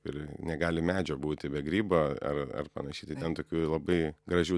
ir negali medžio būti be grybo ar ar panašiai tai ten tokių labai gražių